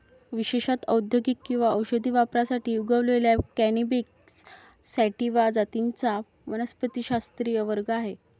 विशेषत औद्योगिक किंवा औषधी वापरासाठी उगवलेल्या कॅनॅबिस सॅटिवा जातींचा वनस्पतिशास्त्रीय वर्ग आहे